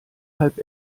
halb